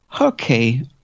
okay